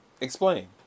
Explain